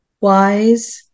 wise